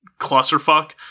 clusterfuck